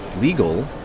legal